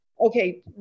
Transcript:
okay